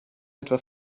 etwa